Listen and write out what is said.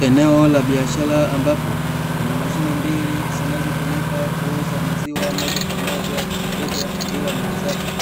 Eneo la biashara ambapo kuna mashine mbili, zinazotumika kuuza maziwa moja kwa moja kwa mteja bila muuzaji,